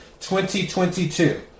2022